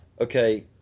Okay